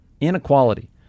inequality